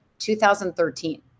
2013